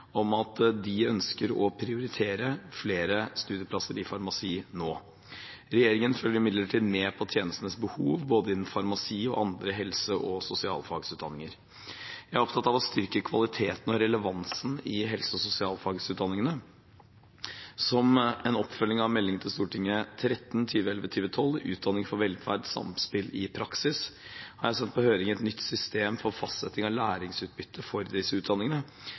om at de ønsker å prioritere flere studieplasser i farmasi nå. Regjeringen følger imidlertid med på tjenestenes behov innenfor både farmasi og andre helse- og sosialfagutdanninger. Jeg er opptatt av å styrke kvaliteten og relevansen i helse- og sosialfagutdanningene. Som en oppfølging av Meld. St. 13 for 2011–2012, Utdanning for velferd, Samspill i praksis, har jeg sendt på høring et nytt system for fastsetting av læringsutbytte for disse utdanningene.